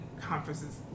conferences